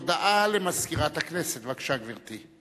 הודעה למזכירת הכנסת, בבקשה, גברתי.